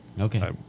Okay